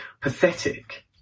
pathetic